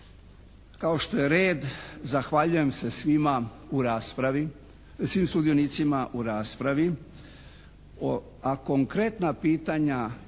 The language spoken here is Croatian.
Kao što je red, zahvaljujem se svima u raspravi, svim sudionicima u raspravi a konkretna pitanja